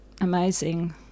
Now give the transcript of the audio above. amazing